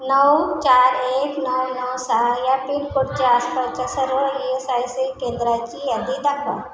नऊ चार एक नऊ नू सहा या पिनकोडच्या आसपासच्या सर्व ई एस आय सी केंद्राची यादी दाखवा